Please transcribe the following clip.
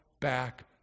back